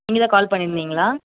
நீங்கள் தான் கால் பண்ணியிருந்திங்களா